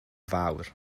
fawr